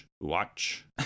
watch